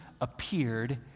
appeared